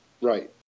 Right